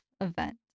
event